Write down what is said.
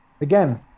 Again